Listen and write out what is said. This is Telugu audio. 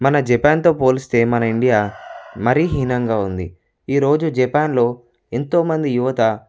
మన జపాన్తో పోలిస్తే మన ఇండియా మరి హీనంగా ఉంది ఈరోజు జపాన్లో ఎంతో మంది యువత